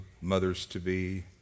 mothers-to-be